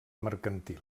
mercantil